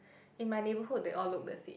in my neighborhood they all look the same